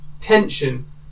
tension